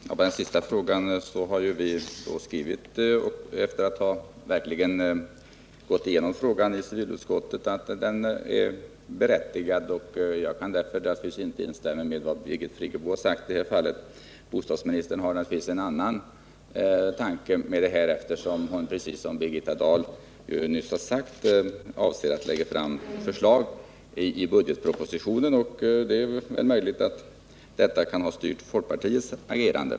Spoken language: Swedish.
Herr talman! Beträffande frågan om bostadstilläggsändringarnas berättigande kan jag svara att vi efter att ha gått igenom problemet i civilutskottet har förklarat att de är berättigade. Jag kan därför inte instämma i vad Birgit Friggebo har sagt i detta fall. Bostadsministern har givetvis en annan tanke med detta, eftersom hon precis som Birgitta Dahl nyss har sagt avser att lägga fram förslag i budgetpropositionen. Det är möjligt att detta har styrt folkpartiets agerande.